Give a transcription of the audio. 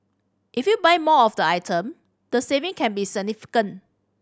if you buy more of the item the saving can be significant